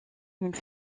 une